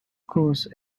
course